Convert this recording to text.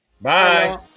Bye